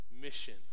mission